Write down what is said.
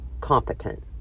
competent